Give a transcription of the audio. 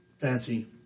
Fancy